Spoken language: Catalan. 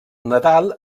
nadal